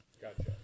Gotcha